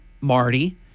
Marty